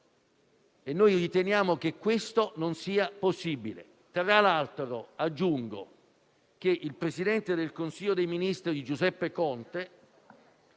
Noi riteniamo che questo non sia possibile. Tra l'altro, aggiungo che il presidente del Consiglio dei ministri Giuseppe Conte,